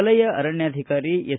ವಲಯ ಅರಣ್ಯಾಧಿಕಾರಿ ಎಸ್